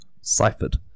ciphered